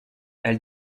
elle